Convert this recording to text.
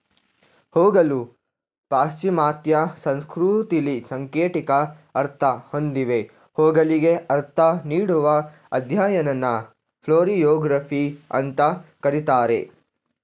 ಹೂಗಳು ಪಾಶ್ಚಿಮಾತ್ಯ ಸಂಸ್ಕೃತಿಲಿ ಸಾಂಕೇತಿಕ ಅರ್ಥ ಹೊಂದಿವೆ ಹೂಗಳಿಗೆ ಅರ್ಥ ನೀಡುವ ಅಧ್ಯಯನನ ಫ್ಲೋರಿಯೊಗ್ರಫಿ ಅಂತ ಕರೀತಾರೆ